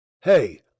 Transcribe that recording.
Hey